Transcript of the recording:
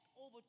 over